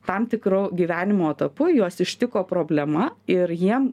tam tikru gyvenimo etapu juos ištiko problema ir jiem